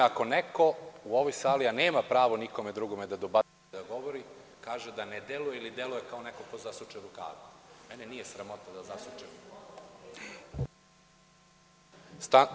Ako neko u ovoj sali, nema pravo nikome drugome da govori, kaže da ne deluje ili deluje kao neko ko zasuče rukave, mene nije sramota da zasučem rukave.